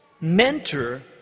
mentor